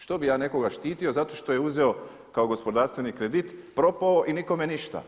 Što bih ja nekoga štitio zato što je uzeo kao gospodarstvenik kredit, propao i nikome ništa.